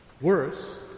Worse